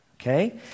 okay